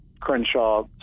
Crenshaw